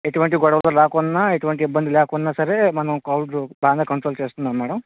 ఎటువంటి గొడవలూ రాకున్నా ఎటువంటి ఇబ్బంది లేకున్నా సరే మన క్రౌడ్ బాగా కంట్రోల్ చేస్తున్నాము మేడమ్